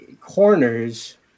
corners